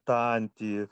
tą antį